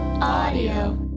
Audio